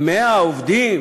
100 עובדים,